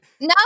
No